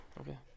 Okay